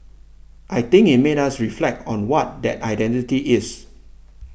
I think it made us reflect on what that identity is